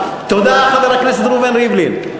תודה, חבר הכנסת ראובן ריבלין.